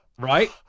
right